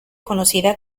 conocida